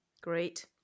great